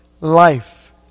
life